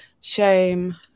shame